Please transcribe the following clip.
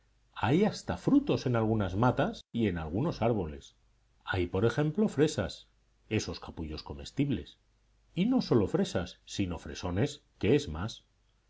hay hasta frutos en algunas matas y en algunos árboles hay por ejemplo fresas esos capullos comestibles y no sólo fresas sino fresones que es más